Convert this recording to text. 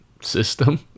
system